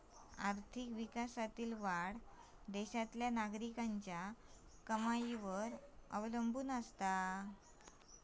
आर्थिक विकासातील वाढ देशातल्या नागरिकांच्या कमाईवर अवलंबून असता